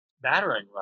battering